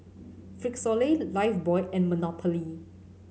Frisolac Lifebuoy and Monopoly